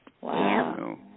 Wow